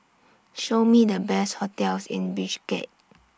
Show Me The Best hotels in Bishkek